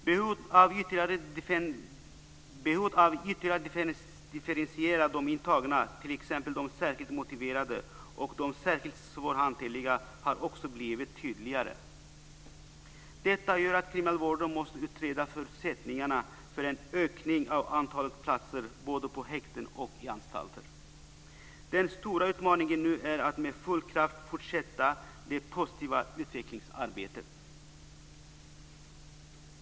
Behovet av att ytterligare differentiera när det gäller de intagna - av att skilja t.ex. på de särskilt motiverade och de särskilt svårhanterliga - har också blivit tydligare. Detta gör att kriminalvården måste utreda förutsättningarna för en ökning av antalet platser både på häkten och i anstalter. Den stora utmaningen nu är att med full kraft fortsätta det positiva utvecklingsarbetet.